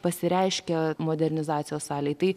pasireiškia modernizacijos salėj tai